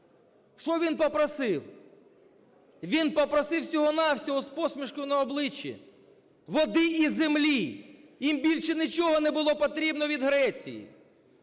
що він попросив? Він попросив всього-на-всього з посмішкою на обличчі води і землі, їм більше нічого не було потрібно від Греції.